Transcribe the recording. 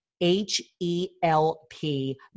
H-E-L-P